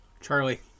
Charlie